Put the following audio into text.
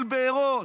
מרעיל בארות,